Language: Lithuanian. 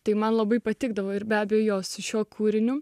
tai man labai patikdavo ir be abejonės šiuo kūriniu